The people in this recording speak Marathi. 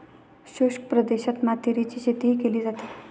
शुष्क प्रदेशात मातीरीची शेतीही केली जाते